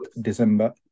December